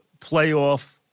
playoff